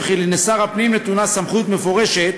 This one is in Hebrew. וכי לשר הפנים נתונה סמכות מפורשת